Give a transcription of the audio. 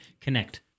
connect